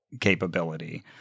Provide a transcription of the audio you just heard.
capability